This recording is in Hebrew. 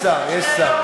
יש שר, יש שר.